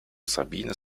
sabine